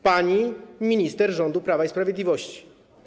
Pani minister rządu Prawa i Sprawiedliwości.